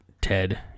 Ted